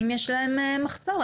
האם יש להם מחסור.